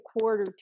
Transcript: quarter